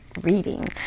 reading